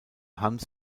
hans